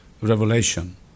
revelation